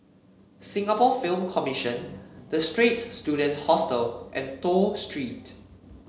Singapore Film Commission The Straits Students Hostel and Toh Street